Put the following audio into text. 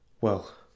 Well